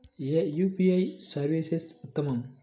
ఏ UPI service ఉత్తమము?